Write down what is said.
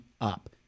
up